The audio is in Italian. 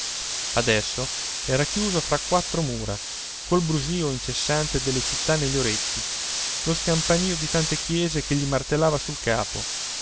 adesso era chiuso fra quattro mura col brusìo incessante della città negli orecchi lo scampanìo di tante chiese che gli martellava sul capo